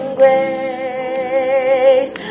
grace